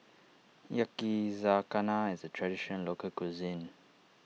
Yakizakana is a Traditional Local Cuisine